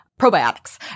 probiotics